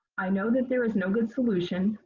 i know that there is no good solution.